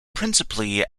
principally